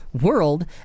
world